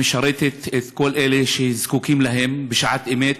והיא משרתת את כל אלה שזקוקים להם בשעת אמת.